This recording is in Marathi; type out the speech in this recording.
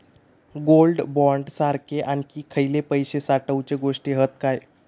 गोल्ड बॉण्ड सारखे आणखी खयले पैशे साठवूचे गोष्टी हत काय?